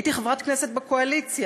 הייתי חברת כנסת בקואליציה,